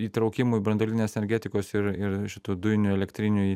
įtraukimui branduolinės energetikos ir ir šitų dujinių elektrinių į